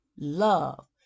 love